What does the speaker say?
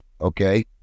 okay